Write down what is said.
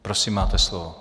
Prosím, máte slovo.